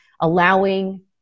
allowing